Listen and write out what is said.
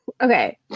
Okay